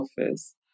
office